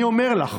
אני אומר לך,